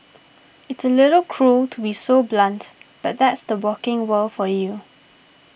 it's a little cruel to be so blunt but that's the working world for you